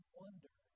wonder